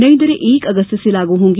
नई दरें एक अगस्त से लागू होंगी